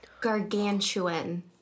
Gargantuan